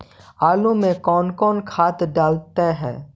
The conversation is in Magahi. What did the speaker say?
आलू में कौन कौन खाद डालते हैं?